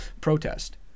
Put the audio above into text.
protest